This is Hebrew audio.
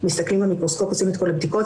מסתכלים במיקרוסקופ ועושים את כל הבדיקות,